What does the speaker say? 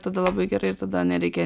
tada labai gerai ir tada nereikia